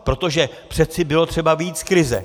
Protože přeci bylo třeba vyjít z krize.